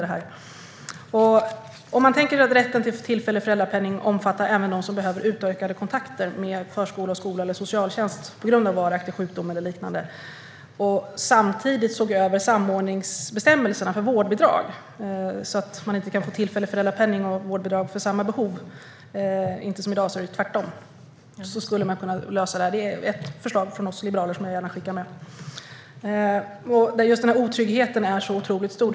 Om vi samtidigt såg över samordningsbestämmelserna för vårdbidrag skulle det kunna lösas genom att rätten till tillfällig föräldrapenning skulle kunna omfatta även de som behöver utökade kontakter med förskola, skola eller socialtjänst, på grund av varaktig sjukdom eller liknande. Man skulle alltså inte kunna få tillfällig föräldrapenning och vårdbidrag för samma behov. I dag är det tvärtom. Det är ett förslag från oss liberaler som jag gärna skickar med. Just otryggheten är otroligt stor.